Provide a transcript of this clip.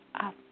up